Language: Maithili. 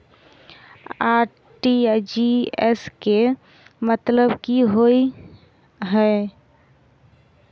आर.टी.जी.एस केँ मतलब की होइ हय?